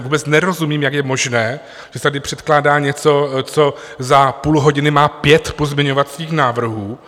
Vůbec nerozumím, jak je možné, že se tady předkládá něco, co za půl hodiny má pět pozměňovacích návrhů.